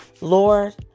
Lord